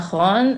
נכון.